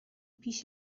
پیش